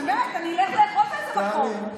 באמת, אני אלך לאכול באיזה מקום.